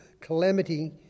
calamity